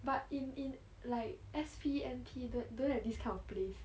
but in in like S_P N_P don~ don't have this kind of place